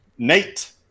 nate